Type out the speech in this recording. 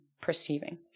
perceiving